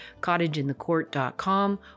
cottageinthecourt.com